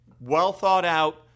Well-thought-out